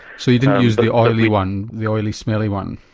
so you didn't use the oily one, the oily smelly one?